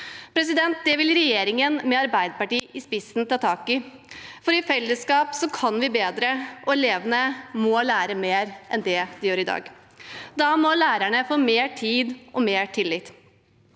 øker. Det vil regjeringen med Arbeiderpartiet i spissen ta tak i, for i fellesskap kan vi bedre, og elevene må lære mer enn det de gjør i dag. Da må lærerne få mer tid og mer tillit.